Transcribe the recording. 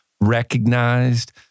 recognized